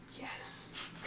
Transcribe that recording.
Yes